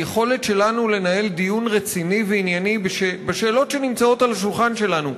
היכולת שלנו לנהל דיון רציני וענייני בשאלות שנמצאות על השולחן שלנו,